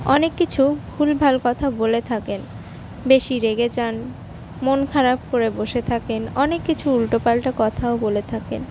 অনেক কিছু ভুলভাল কথা বলে থাকেন বেশি রেগে যান মন খারাপ করে বসে থাকেন অনেক কিছু উল্টোপাল্টা কথাও বলে থাকেন